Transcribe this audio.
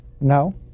No